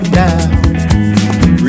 down